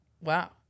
Wow